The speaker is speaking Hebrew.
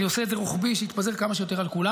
אני עושה את זה רוחבי, שיתפזר כמה שיותר על כולם.